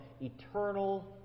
eternal